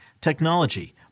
technology